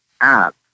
app